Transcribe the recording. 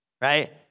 right